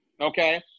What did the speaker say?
Okay